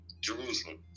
Jerusalem